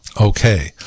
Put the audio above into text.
Okay